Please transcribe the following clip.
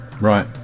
Right